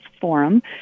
Forum